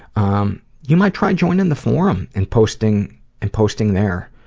um, you might try joining the forum and posting and posting there,